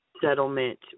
settlement